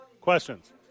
questions